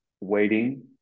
waiting